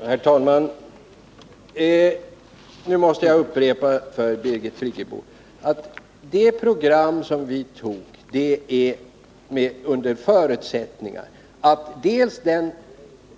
Herr talman! Nu måste jag upprepa för Birgit Friggebo: En grundförutsättning för det program som vi tog på partistämman